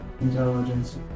intelligence